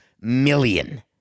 million